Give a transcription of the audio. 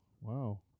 Wow